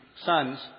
sons